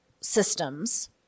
systems